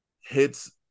hits